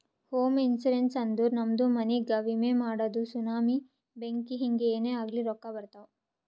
ಹೋಮ ಇನ್ಸೂರೆನ್ಸ್ ಅಂದುರ್ ನಮ್ದು ಮನಿಗ್ಗ ವಿಮೆ ಮಾಡದು ಸುನಾಮಿ, ಬೆಂಕಿ ಹಿಂಗೆ ಏನೇ ಆಗ್ಲಿ ರೊಕ್ಕಾ ಬರ್ತಾವ್